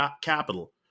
capital